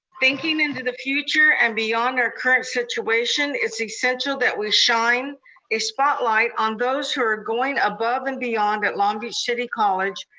thinking into the future and beyond our current situation, it's essential that we shine a spotlight on those who are going above and beyond at long beach city college,